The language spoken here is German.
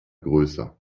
größer